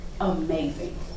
amazing